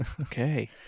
Okay